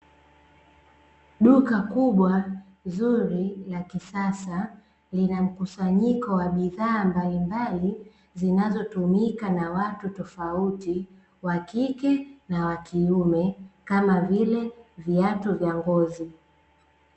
Duka kubwa zuri, la kisasa, lina mkusanyiko wa bidhaa mbalimbali zinazotumika na watu tofauti, wakike na wakiume, kama vile viatu vya ngozi.